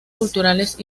culturales